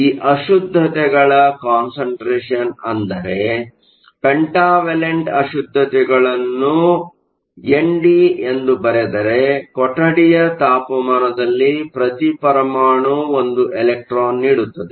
ಈ ಅಶುದ್ದತೆಗಳ ಕಾನ್ಸಂಟ್ರೇಷನ್ ಅಂದರೇ ಪೆಂಟಾವೆಲೆಂಟ್ ಅಶುದ್ದತೆಗಳನ್ನು ಎನ್ಡಿ ಎಂದು ಬರೆದರೆ ಕೊಠಡಿಯ ತಾಪಮಾನದಲ್ಲಿ ಪ್ರತಿ ಪರಮಾಣು ಒಂದು ಎಲೆಕ್ಟ್ರಾನ್ ನೀಡುತ್ತದೆ